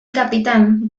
capitán